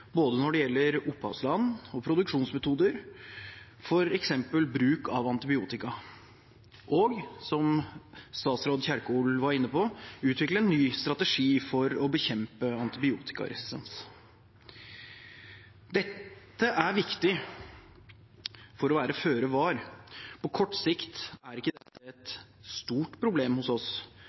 både opphavsland og produksjonsmetoder, f.eks. bruk av antibiotika, og – som statsråd Kjerkol var inne på – utvikle en ny strategi for å bekjempe antibiotikaresistens. Dette er viktig for å være føre var. På kort sikt er ikke dette et stort problem hos oss,